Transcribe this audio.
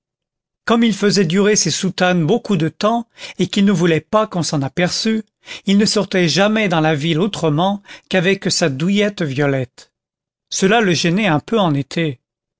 comme il faisait durer ses soutanes beaucoup de temps et qu'il ne voulait pas qu'on s'en aperçût il ne sortait jamais dans la ville autrement qu'avec sa douillette violette cela le gênait un peu en été